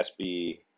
SB